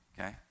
okay